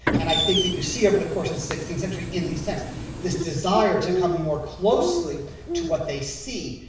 and i think that you see over the course of the sixteenth century in these texts this desire to come more closely to what they see,